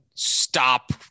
stop